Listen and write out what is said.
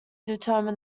determine